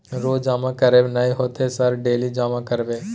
रोज जमा करबे नए होते सर डेली जमा करैबै?